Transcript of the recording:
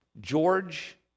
George